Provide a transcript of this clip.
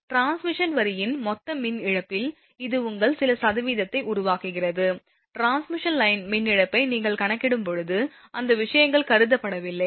transmission வரியின் மொத்த மின் இழப்பில் இது உங்கள் சில சதவீதத்தை உருவாக்குகிறது டிரான்ஸ்மிஷன் லைன் மின் இழப்பை நீங்கள் கணக்கிடும்போது அந்த விஷயங்கள் கருதப்படவில்லை